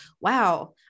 Wow